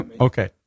Okay